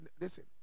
listen